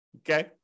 okay